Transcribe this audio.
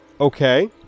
Okay